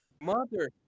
Mother